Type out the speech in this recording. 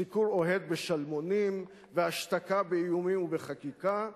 סיקור אוהד, בשלמונים, והשתקה, באיומים ובחקיקה,